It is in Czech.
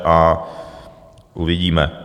A uvidíme.